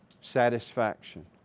satisfaction